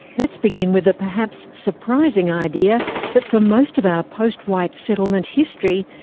let's begin with the perhaps surprising idea that for most of our post-white settlement history,